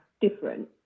different